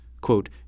quote